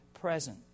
present